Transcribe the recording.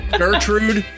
gertrude